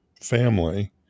family